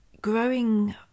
growing